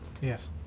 Yes